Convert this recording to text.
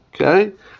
okay